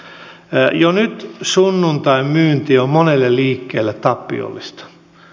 jo nyt sunnuntain myynti on monelle liikkeelle tappiollista